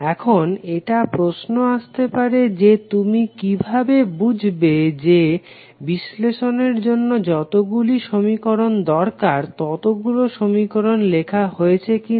এখন এটা প্রশ্ন আস্তে পারে যে তুমি কিভাবে বুঝবে যে বিশ্লেষণের জন্য যতগুলো সমীকরণ দরকার ততগুলো সমীকরণ লেখা হয়েছে কিনা